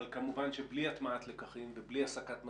כמובן שבלי הטמעת לקחים ובלי הסקת מסקנות,